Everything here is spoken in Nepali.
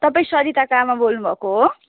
तपाईँ सरिताको आमा बोल्नु भएको हो